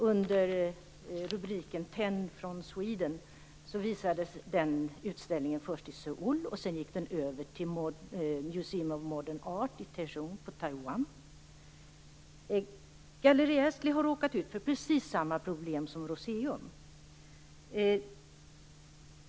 Under namnet Tenn from Sweden visades utställningen först i Söul för att sedan flyttas till Museum of Galleri Astley har råkat ut för precis samma problem som Rooseum.